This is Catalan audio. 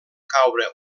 caure